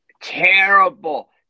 Terrible